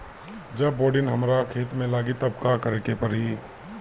जब बोडिन हमारा खेत मे लागी तब का करे परी?